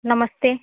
नमस्ते